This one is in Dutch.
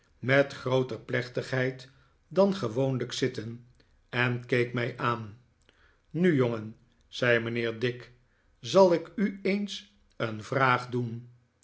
met grooter plechtigheid dan gewoonliilr zitten en keek mij aan nu jongen zei mijnheer dick zal ik u eens een vraag doen